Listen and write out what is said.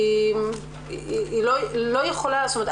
היא לא יכולה זאת אומרת,